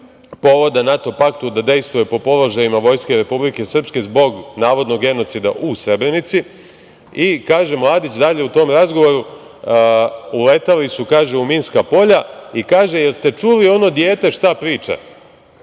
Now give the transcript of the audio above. povoda NATO paktu da dejstvuje po položajima Vojske Republike Srpske zbog navodnog genocida u Srebrenici. Kaže Mladić dalje u tom razgovoru - uletali su u minska polja i kaže - da li ste čuli ono dete šta priča,